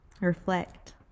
Reflect